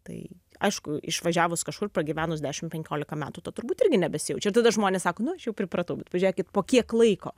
tai aišku išvažiavus kažkur pragyvenus dešim penkiolika metų to turbūt irgi nebesijaučia ir tada žmonės sako nu aš jau pripratau bet pažiūrėkit po kiek laiko